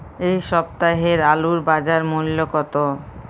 এ সপ্তাহের আলুর বাজার মূল্য কত?